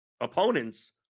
opponents